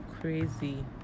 crazy